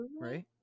right